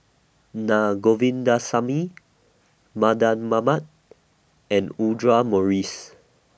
Naa Govindasamy Mardan Mamat and Audra Morrice